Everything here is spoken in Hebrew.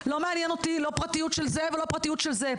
לא מעניינת אותי לא הפרטיות של זה ולא הפרטיות של זה,